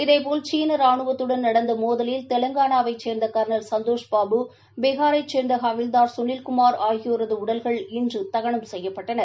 இதேபோல் சீனரானுவத்துடன் நடந்தமோதலில் தெலங்கானாவைச் சேர்ந்தகர்னல் சந்தோஷ் பாபு பீகாரைச் சேர்ந்தஹவில்தார் சுனில் குமார் ஆகியோரதுஉடல்கள் இன்றுதகனம் செய்யப்பட்டன